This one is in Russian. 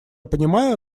понимаю